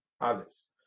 others